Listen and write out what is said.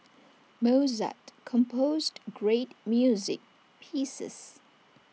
Mozart composed great music pieces